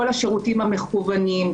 כל השירותים המקוונים,